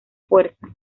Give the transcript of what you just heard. fuerza